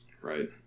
Right